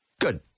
Good